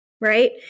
right